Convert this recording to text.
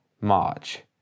March